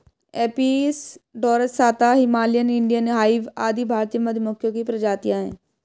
Apis dorsata, Himalayan, Indian hive आदि भारतीय मधुमक्खियों की प्रजातियां है